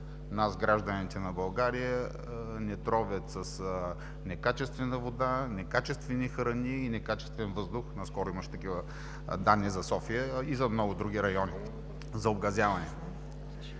нас, гражданите на България, ни тровят с некачествена вода, некачествени храни и некачествен въздух – наскоро имаше такива данни за София и за много други райони, за обгазяване.